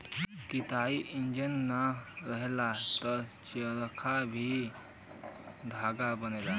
कताई इंजन ना रहल त चरखा से धागा बने